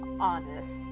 Honest